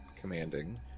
commanding